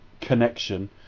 connection